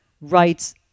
rights